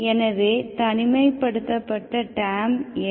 எனவே தனிமைப்படுத்தப்பட்ட டேர்ம் என்ன